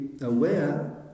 aware